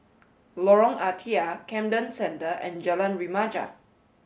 Lorong Ah Thia Camden Centre and Jalan Remaja